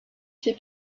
ses